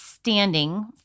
standing